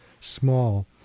small